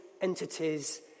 entities